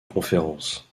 conférence